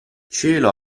cielo